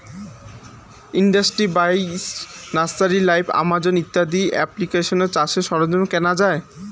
industry বাইশ, nursery live, Amazon ইত্যাদি এপ্লিকেশানে চাষের সরঞ্জাম কেনা যাই